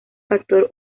factor